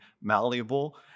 malleable